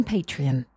Patreon